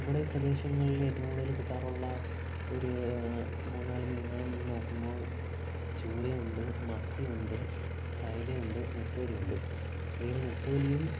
നമ്മുടെ ഈ പ്രദേശങ്ങളില് ഏറ്റവും കൂടുതല് കിട്ടാറുള്ള ഒരു മൂന്നുനാലു മീനുകളെന്ന് നോക്കുമ്പോൾ ചൂരയുണ്ട് മത്തി ഉണ്ട് അയല ഉണ്ട് നൊത്തോലി ഉണ്ട് ഇതിൽ നൊത്തോലിയും